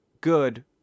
good